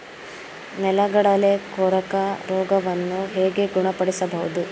ನೆಲಗಡಲೆ ಕೊರಕ ರೋಗವನ್ನು ಹೇಗೆ ಗುಣಪಡಿಸಬಹುದು?